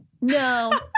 No